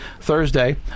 Thursday